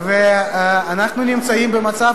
אנחנו נמצאים במצב,